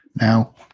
Now